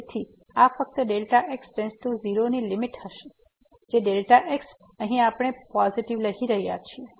તેથી આ ફક્ત Δ x → 0 ની લીમીટ હશે જે x અહીં આપણે પોઝીટીવ લઈ રહ્યા છીએ